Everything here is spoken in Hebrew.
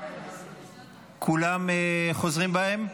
כולם חוזרים בהם?